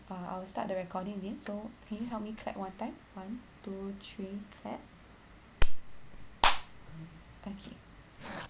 uh I will start the recording again so can you help me clap one time one two three clap okay